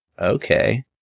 okay